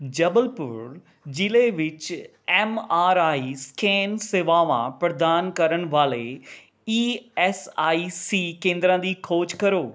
ਜਬਲਪੁਰ ਜ਼ਿਲ੍ਹੇ ਵਿੱਚ M R I scan ਸੇਵਾਵਾਂ ਪ੍ਰਦਾਨ ਕਰਨ ਵਾਲੇ ਈ ਐੱਸ ਆਈ ਸੀ ਕੇਂਦਰਾਂ ਦੀ ਖੋਜ ਕਰੋ